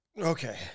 Okay